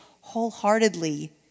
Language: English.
wholeheartedly